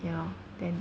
then